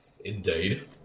Indeed